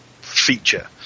feature